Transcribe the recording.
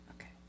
okay